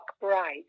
bright